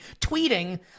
tweeting